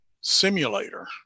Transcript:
simulator